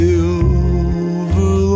Silver